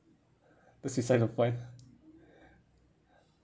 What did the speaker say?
that's beside the point